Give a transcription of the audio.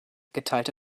geteilte